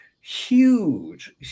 huge